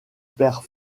perd